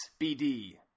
SBD